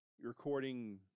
recording